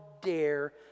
dare